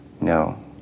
No